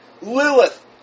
Lilith